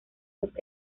los